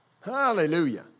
Hallelujah